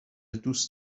دوست